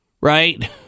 right